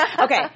Okay